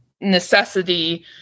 necessity